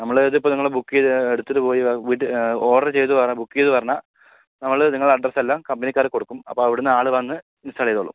നമ്മളെ ഇതിപ്പോൾ നിങ്ങള് ബുക്ക് ചെയ്ത് എടുത്തിട്ട് പോയി വീട്ടി ഒഡറ് ചെയ്ത് വരണം ബുക്ക് ചെയ്ത് വരണം നമ്മള് നിങ്ങളുടെ അഡ്രസ്സെല്ലാം കമ്പനികാർക്ക് കൊടുക്കും അപ്പോൾ അവിടന്ന് ആള് വന്ന് ഇന്സ്റ്റാള് ചെയ്തോളും